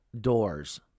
doors